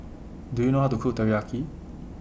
Do YOU know How to Cook Teriyaki